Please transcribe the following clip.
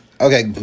okay